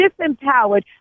disempowered